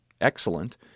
excellent